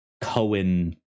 Cohen